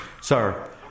Sir